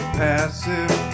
passive